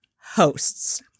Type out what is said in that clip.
hosts